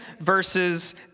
versus